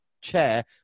chair